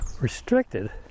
restricted